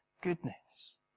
goodness